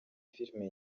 filime